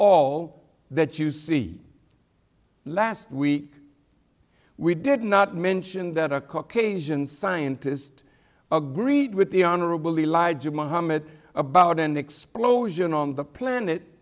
all that you see last week we did not mention that a caucasian scientist agreed with the honorable elijah muhammad about an explosion on the planet